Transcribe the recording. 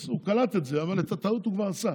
הוא קלט את זה אבל את הטעות הוא כבר עשה.